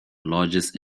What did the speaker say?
largest